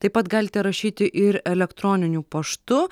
taip pat galite rašyti ir elektroniniu paštu